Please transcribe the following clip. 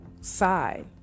side